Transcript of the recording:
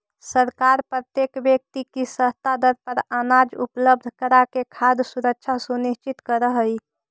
सरकार प्रत्येक व्यक्ति के सस्ता दर पर अनाज उपलब्ध कराके खाद्य सुरक्षा सुनिश्चित करऽ हइ